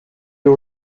you